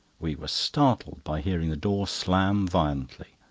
we were startled by hearing the door slam violently.